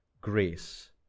grace